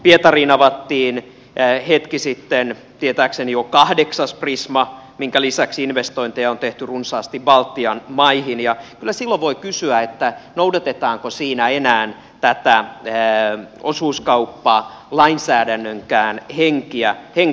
pietariin avattiin hetki sitten tietääkseni jo kahdeksas prisma minkä lisäksi investointeja on tehty runsaasti baltian maihin ja kyllä silloin voi kysyä noudatetaanko siinä enää tätä osuuskauppalainsäädännönkään henkeä